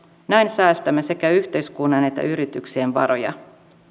näin säästämme sekä yhteiskunnan että yrityksien varoja